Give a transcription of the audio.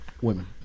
women